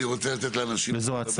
בואו נתקדם, אני רוצה לתת לאנשים לדבר.